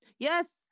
yes